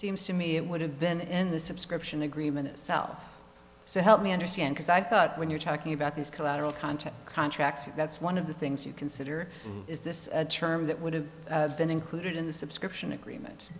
seems to me it would have been in the subscription agreement itself so help me understand this i thought when you're talking about this collateral content contract that's one of the things you consider is this a term that would have been included in the subscription agreement